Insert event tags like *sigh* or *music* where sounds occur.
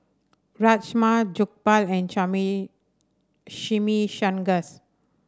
Rajma Jokbal and *unintelligible* Chimichangas